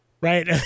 Right